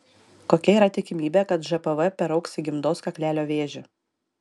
kokia yra tikimybė kad žpv peraugs į gimdos kaklelio vėžį